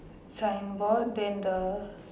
signboard then the